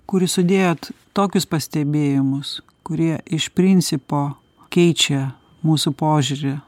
kur jūs sudėjot tokius pastebėjimus kurie iš principo keičia mūsų požiūrį